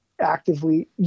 actively